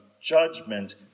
judgment